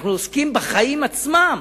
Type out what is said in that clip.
אנחנו עוסקים בחיים עצמם,